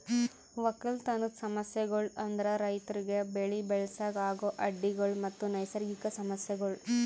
ಒಕ್ಕಲತನದ್ ಸಮಸ್ಯಗೊಳ್ ಅಂದುರ್ ರೈತುರಿಗ್ ಬೆಳಿ ಬೆಳಸಾಗ್ ಆಗೋ ಅಡ್ಡಿ ಗೊಳ್ ಮತ್ತ ನೈಸರ್ಗಿಕ ಸಮಸ್ಯಗೊಳ್